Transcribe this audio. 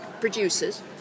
producers